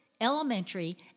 elementary